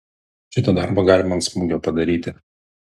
šitą darbą galima ant smūgio padaryti